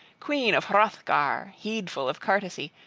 queen of hrothgar, heedful of courtesy,